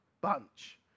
Bunch